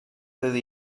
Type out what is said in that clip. through